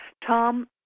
Tom